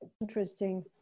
Interesting